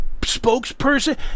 Spokesperson